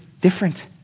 different